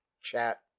chat